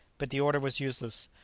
but the order was useless.